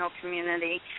community